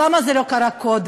למה זה לא קרה קודם?